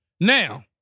Now